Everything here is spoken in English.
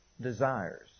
desires